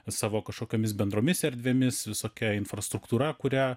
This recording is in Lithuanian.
savo kažkokiomis bendromis erdvėmis visokia infrastruktūra kuria